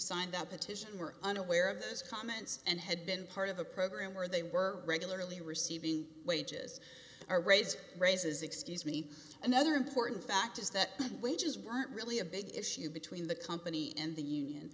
signed that petition were unaware of those comments and had been part of a program where they were regularly receiving wages are raised raises excuse me another important fact is that wages were not really a big issue between the company and the union